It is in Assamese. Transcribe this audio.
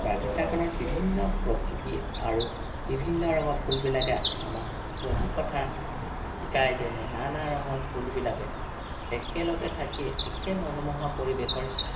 বাগিছাখনত বিভিন্ন প্ৰকৃতি আৰু বিভিন্ন ৰঙৰ ফুলবিলাকে আমাক বহু কথা শিকায় যেনে নানা ৰঙৰ ফুলবিলাকে একেলগে থাকি একে মনোমোহা পৰিৱেশৰ